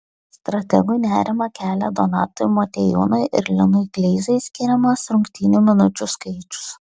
strategui nerimą kelia donatui motiejūnui ir linui kleizai skiriamas rungtynių minučių skaičius